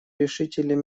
решительным